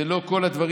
זה לא כל הדברים.